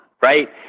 right